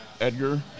Edgar